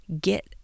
get